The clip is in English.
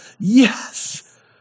yes